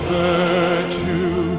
virtue